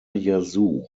yazoo